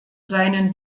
seinen